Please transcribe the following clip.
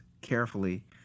carefully